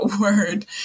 word